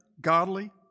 godly